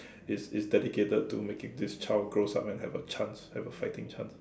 it's it's dedicated to making this child grows up and have a chance have a fighting chance